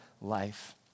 life